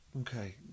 Okay